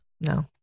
No